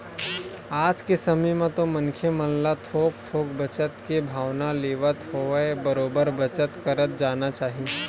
आज के समे म तो मनखे मन ल थोक थोक बचत के भावना लेवत होवय बरोबर बचत करत जाना चाही